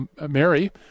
Mary